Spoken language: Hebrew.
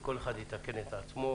וכל אחד יתקן את עצמו,